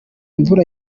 mvura